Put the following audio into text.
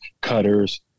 cutters